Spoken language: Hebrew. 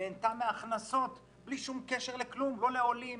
נהנתה מהכנסות בלי שום קשר לכלום - לא לעולים,